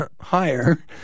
higher